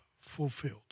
fulfilled